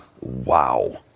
Wow